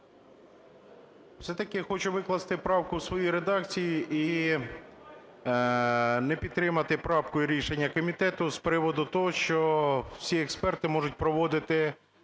Все-таки хочу викласти правку в своїй редакції і не підтримати правку і рішення комітету з приводу того, що всі експерти можуть проводити